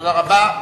תודה רבה.